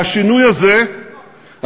והשינוי הזה לא בגלל,